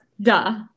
Duh